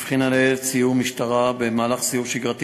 הבחינה ניידת סיור משטרה במהלך סיור שגרתי